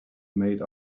made